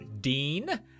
Dean